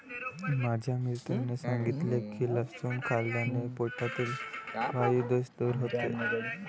माझ्या मित्राने सांगितले की लसूण खाल्ल्याने पोटातील वायु दोष दूर होतो